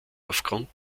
aufgrund